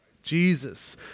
Jesus